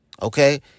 Okay